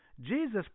Jesus